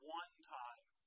one-time